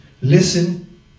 Listen